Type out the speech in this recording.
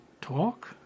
talk